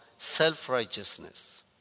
Self-righteousness